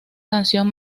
canción